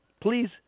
Please